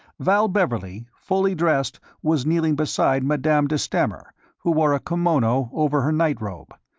val beverley, fully dressed, was kneeling beside madame de stamer, who wore a kimono over her night-robe,